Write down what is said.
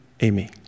amy